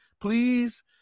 please